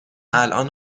الان